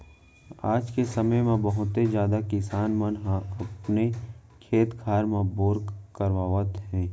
आज के समे म बहुते जादा किसान मन ह अपने खेत खार म बोर करवावत हे